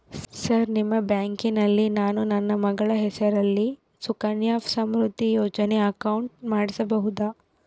Sir ನಿಮ್ಮ ಬ್ಯಾಂಕಿನಲ್ಲಿ ನಾನು ನನ್ನ ಮಗಳ ಹೆಸರಲ್ಲಿ ಸುಕನ್ಯಾ ಸಮೃದ್ಧಿ ಯೋಜನೆ ಅಕೌಂಟ್ ಮಾಡಿಸಬಹುದಾ?